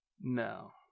no